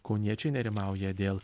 kauniečiai nerimauja dėl